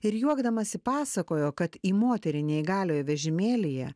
ir juokdamasi pasakojo kad į moterį neįgaliojo vežimėlyje